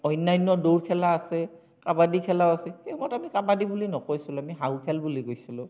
অন্য়ান্য় দৌৰ খেলা আছে কাবাডী খেলাও আছে সেই সময়ত আমি কাবাডী বুলি নকৈছিলোঁ আমি হাউ খেল বুলি কৈছিলোঁ